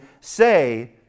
say